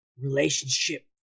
relationship